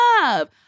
love